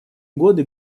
годы